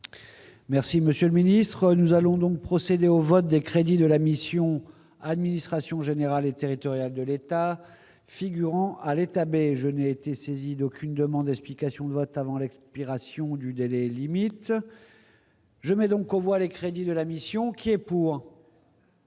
Merci monsieur le ministre, nous allons donc procéder au vote des crédits de la mission, administration générale et territoriale de l'État figurant à l'État, mais je n'ai été saisi d'aucune demande explication de vote avant l'expiration du délai limite. Je mets donc on voit les crédits de la mission qui est pour.